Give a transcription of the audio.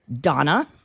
Donna